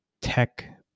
tech